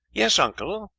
yes, uncle.